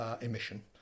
emission